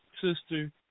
sister